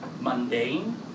mundane